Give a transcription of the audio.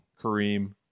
Kareem